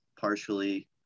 partially